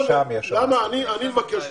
אני מבקש מכם,